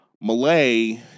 Malay